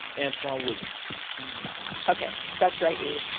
antwan williams okay, that's right, e.